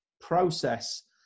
process